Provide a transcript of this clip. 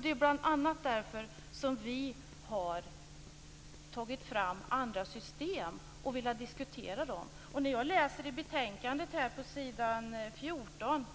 Det är bl.a. därför som vi har tagit fram andra system och har velat diskutera dem. När jag läser i betänkandet på s. 14